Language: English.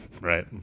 Right